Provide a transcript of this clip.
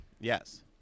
yes